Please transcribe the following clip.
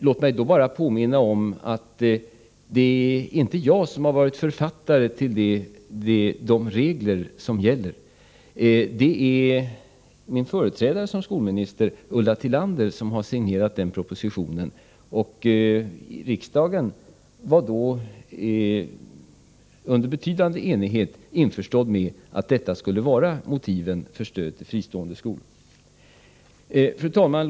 Låt mig då bara påminna om att det inte är jag som har varit författare till de regler som gäller. Det är min företrädare som skolminister, Ulla Tillander, som har signerat den propositionen. Riksdagen var då under betydande enighet införstådd med motiven för stöd till fristående skolor. Fru talman!